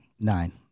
Nine